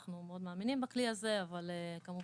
אנחנו מאוד מאמינים בכלי הזה אבל כמובן